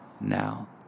now